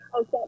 Okay